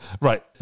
Right